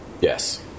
Yes